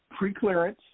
Preclearance